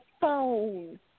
phone